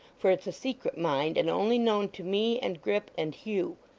for it's a secret, mind, and only known to me, and grip, and hugh.